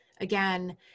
again